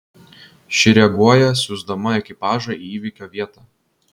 ši reaguoja siųsdama ekipažą į įvykio vietą